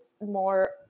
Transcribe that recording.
more